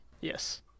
Yes